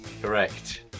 Correct